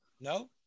No